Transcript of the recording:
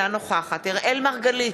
אינה נוכחת אראל מרגלית,